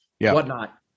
whatnot